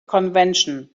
convention